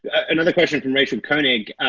another question from rachel koenig,